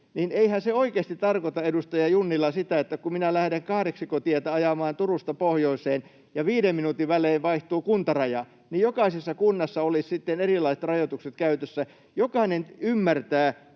niin eihän se oikeasti tarkoita, edustaja Junnila, sitä, että kun minä lähden Kahdeksikkotietä ajamaan Turusta pohjoiseen ja viiden minuutin välein vaihtuu kuntaraja, niin jokaisessa kunnassa olisi sitten erilaiset rajoitukset käytössä? Jokainen ymmärtää